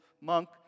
monk